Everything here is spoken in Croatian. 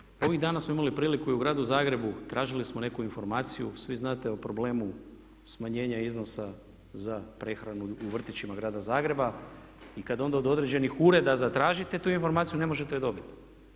I na kraju, ovih dana smo imali priliku i u gradu Zagrebu, tražili smo neku informaciju, svi znate o problemu smanjena iznosa za prehranu u vrtićima grada Zagreba i kad onda od određenih ureda zatražite tu informaciju ne možete ju dobiti.